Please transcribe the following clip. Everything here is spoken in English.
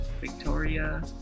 Victoria